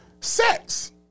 sex